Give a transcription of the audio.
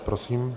Prosím.